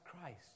Christ